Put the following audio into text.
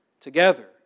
together